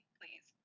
please